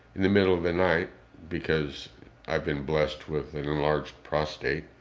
in the middle of the night because i've been blessed with an enlarged prostate